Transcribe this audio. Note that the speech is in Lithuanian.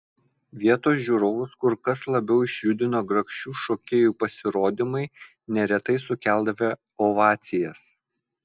vietos žiūrovus kur kas labiau išjudino grakščių šokėjų pasirodymai neretai sukeldavę ovacijas